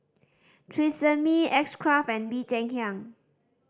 Tresemme X Craft and Bee Cheng Hiang